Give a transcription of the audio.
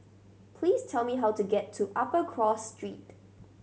please tell me how to get to Upper Cross Street